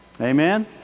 Amen